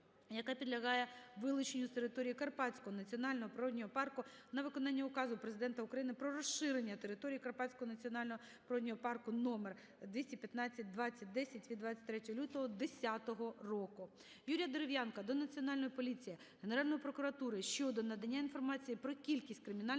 яка підлягає вилученню з території Карпатського національного природного парку на виконання Указу Президента України "Про розширення території Карпатського національного природного парку" №215/2010 від 23 лютого 2010 року. Юрія Дерев'янка до Національної поліції, Генеральної прокуратури щодо надання інформації про кількість кримінальних